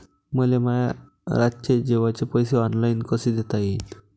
मले माया रातचे जेवाचे पैसे ऑनलाईन कसे देता येईन?